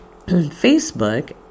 Facebook